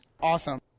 Awesome